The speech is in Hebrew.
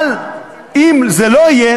אבל אם זה לא יהיה,